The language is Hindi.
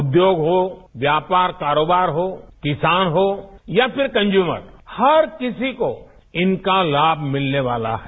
उद्योग हो व्यापार कारोबार हो किसान हो या फिर कन्ज्यूमर हर किसी को इनका लाभ मिलने वाला है